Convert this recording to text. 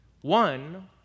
One